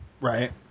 Right